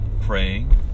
praying